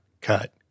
cut